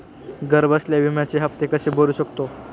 घरबसल्या विम्याचे हफ्ते कसे भरू शकतो?